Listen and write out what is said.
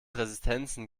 resistenzen